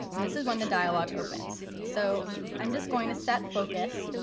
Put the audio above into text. and this is when the dialog opens. so i'm just going to set focus